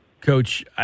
Coach